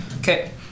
Okay